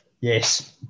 yes